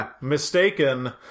mistaken